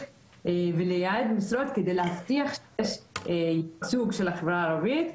ולייעד משרות כדי להבטיח ייצוג של החברה הערבית,